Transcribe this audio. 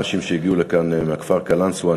אנשים שהגיעו לכאן מהכפר קלנסואה.